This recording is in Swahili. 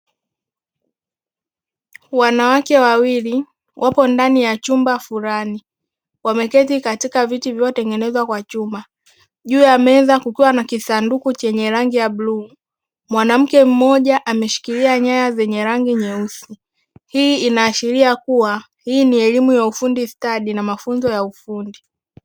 Wanawake wawili wapo ndani ya chumba fulani wameketi katika viti vilivyotengenezwa kwa chuma juu ya meza kukiwa na kisanduku chenye rangi ya bluu. Mwanamke mmoja ameshikilia nyaya zenye rangi nyeusi, hii inaashiria kuwa hii ni elimu ya ufundi stadi na mafunzo ya ufundi.